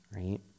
right